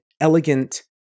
elegant